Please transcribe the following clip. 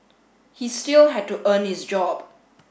he still had to earn his job